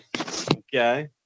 Okay